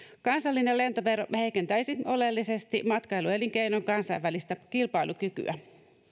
kansallinen lentovero heikentäisi oleellisesti matkailuelinkeinon kansainvälistä kilpailukykyä